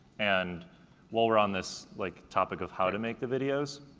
and while we're on this like topic of how to make the videos,